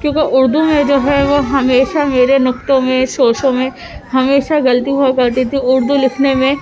کیونکہ اردو میں جو ہے وہ ہمیشہ میرے نقطوں میں شوسوں میں ہمیشہ غلطی ہوا کرتی تھی اردو لکھنے میں